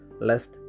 lest